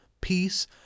peace